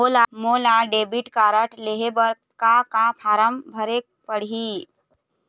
मोला debit card लेहे बर का का फार्म भरेक पड़ही?